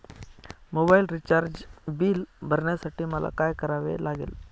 Mobile recharge bill भरण्यासाठी मला काय करावे लागेल?